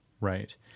right